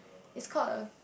is called a